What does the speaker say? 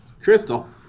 Crystal